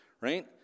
right